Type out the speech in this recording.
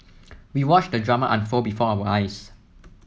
we watched the drama unfold before our eyes